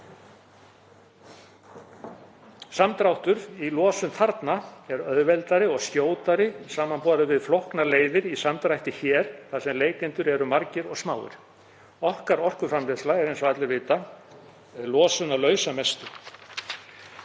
Samdráttur í losun þarna er auðveldari og skjótari samanborið við flóknari leiðir í samdrætti hér þar sem leikendur eru margir og smáir. Okkar orkuframleiðsla er, eins og allir vita, losunarlaus að mestu.